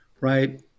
right